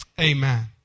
Amen